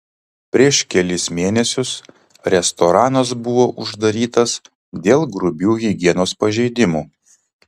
prieš kelis mėnesius restoranas buvo uždarytas dėl grubių higienos pažeidimų